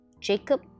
Jacob